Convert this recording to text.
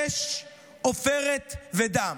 אש, עופרת ודם,